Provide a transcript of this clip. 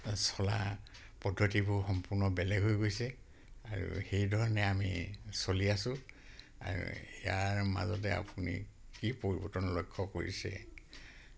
চলা পদ্ধতিবোৰ সম্পূৰ্ণ বেলেগ হৈ গৈছে আৰু সেইধৰণে আমি চলি আছোঁ আৰু ইয়াৰ মাজতে আপুনি কি পৰিৱৰ্তন লক্ষ্য কৰিছে